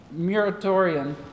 Muratorian